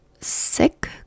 sick